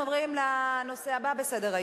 אנחנו עוברים לנושא הבא בסדר-היום: